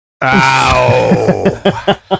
Ow